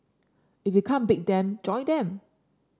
if you can't beat them join them